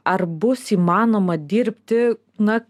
ar bus įmanoma dirbti na